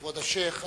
כבוד השיח',